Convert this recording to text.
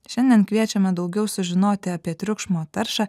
šiandien kviečiame daugiau sužinoti apie triukšmo taršą